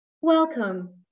Welcome